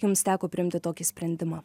jums teko priimti tokį sprendimą